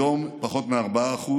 היום פחות מ-4%.